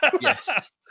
Yes